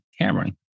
Cameron